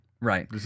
right